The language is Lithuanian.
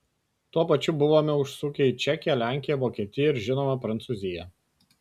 tuo pačiu buvome užsukę į čekiją lenkiją vokietiją ir žinoma prancūziją